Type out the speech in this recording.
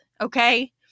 Okay